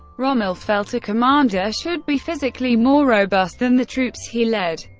rommel felt a commander should be physically more robust than the troops he led,